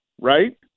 right